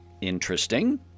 interesting